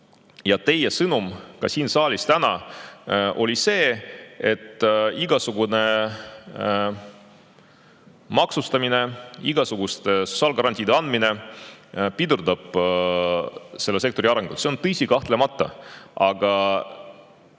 Ja teie sõnum ka siin saalis täna oli see, et igasugune maksustamine, igasuguste sotsiaalgarantiide andmine pidurdab selle sektori arengut. See on tõsi kahtlemata, aga